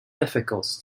difficult